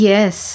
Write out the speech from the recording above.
Yes